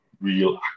real